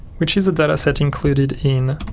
which is a data set included in